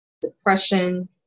depression